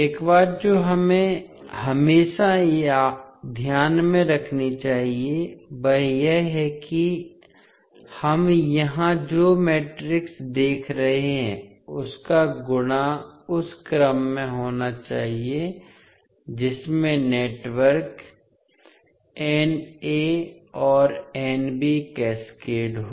एक बात जो हमें हमेशा ध्यान में रखनी चाहिए वह यह है कि हम यहां जो मैट्रिक्स देख रहे हैं उसका गुणा उस क्रम में होना चाहिए जिसमें नेटवर्क N a और N b कैस्केड हो